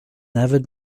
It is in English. avid